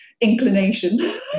inclination